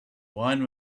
wine